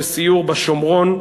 בסיור בשומרון.